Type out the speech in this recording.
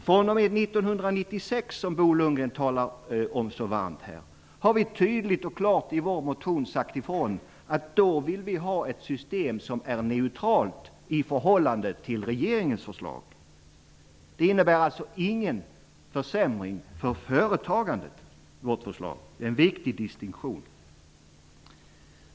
fr.o.m. 1996, vilket Bo Lundgren talar så varmt om, har vi i vår motion klart och tydligt sagt ifrån att vi vill ha ett system som är neutralt i förhållande till regeringens förslag. Vårt förslag innebär ingen försämring för företagandet. Det är en viktig distinktion.